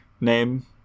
name